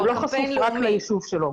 הוא לא חשוף רק ליישוב שלו.